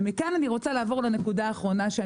ומכאן אני רוצה לעבור לנקודה האחרונה אני